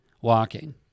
walking